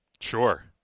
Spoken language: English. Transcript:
sure